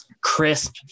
crisp